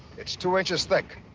it's two inches thick,